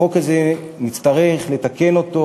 החוק הזה, נצטרך לתקן אותו